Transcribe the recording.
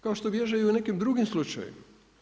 Kao što bježe i u nekim drugim slučajevima.